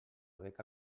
beca